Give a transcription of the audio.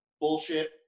bullshit